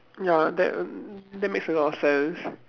ya that that makes a lot of sense